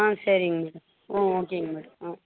ஆ சரிங்க மேடம் ம் ஓகேங்க மேடம் ம்